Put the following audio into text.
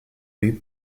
rue